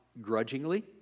grudgingly